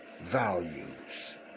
values